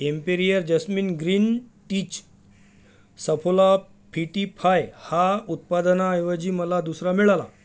एम्पिरिअर jasmine green टीच Saffola Fitify हा उत्पादनाऐवजी मला दुसरा मिळाला